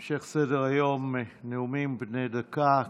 המשך סדר-היום, נאומים בני דקה.